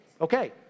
Okay